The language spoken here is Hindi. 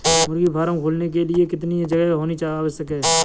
मुर्गी फार्म खोलने के लिए कितनी जगह होनी आवश्यक है?